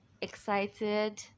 excited